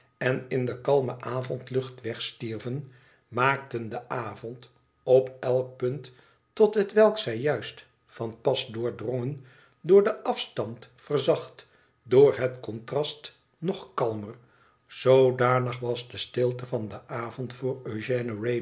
en in de kalme avondlucht wegstierven maakten den avond op elk punt tot hetwelk zij juist van pas doordrongen door den afstand verzacht door het contrast nog kalmer zoodanig was de stilte van den avond voor